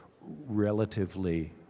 relatively